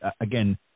again